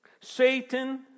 Satan